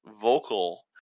vocal